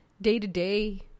day-to-day